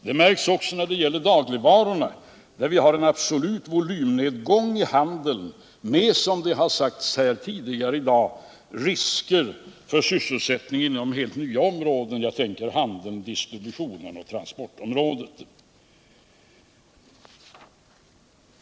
Det märks också när det gäller dagligvarorna, där vi har en absolut volymnedgång i handeln med — som det har sagts tidigare i dag — risker för sysselsättningen inom helt nya områden. Jag tänker då på handeln, distributionen och transportområdet.